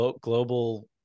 global